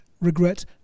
regret